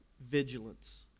vigilance